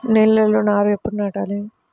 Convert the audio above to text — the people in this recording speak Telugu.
నేలలో నారు ఎప్పుడు నాటాలి?